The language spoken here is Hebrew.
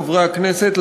חברי הכנסת,